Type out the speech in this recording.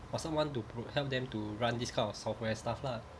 for someone to help them to run this kind of software stuff lah